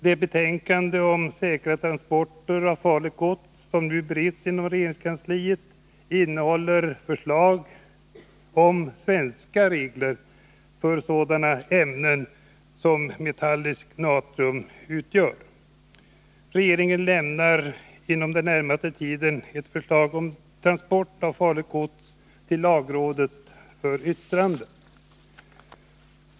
Det betänkande om säkrare transporter av farligt gods som nu bereds inom regeringskansliet innehåller förslag om svenska regler för transporter av sådana ämnen som metalliskt natrium. Regeringen lämnar inom den närmaste tiden ett förslag om transport av farligt gods till lagrådet för yttrande.